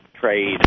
trade